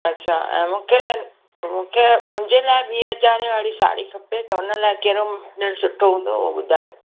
अच्छा मूंखे मूंखे मुंहिंजे लाइ ॿीं हज़ार वारी साढ़ी खपे त हुन लाइ कहिड़ो सुठो हूंदो उहो ॿुधायो